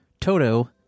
Toto